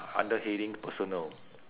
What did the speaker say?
under heading personal